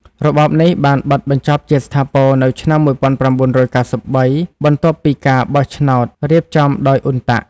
របបនេះបានបិទបញ្ចប់ជាស្ថាពរនៅឆ្នាំ ១៩៩៣ បន្ទាប់ពីការបោះឆ្នោតរៀបចំដោយ អ៊ុនតាក់ UNTAC។